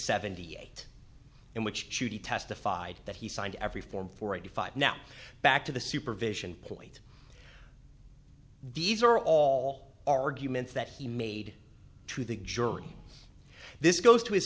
seventy eight in which testified that he signed every form for eighty five now back to the supervision point these are all arguments that he made to the jury this goes to his